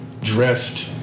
dressed